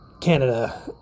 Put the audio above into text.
Canada